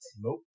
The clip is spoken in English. Nope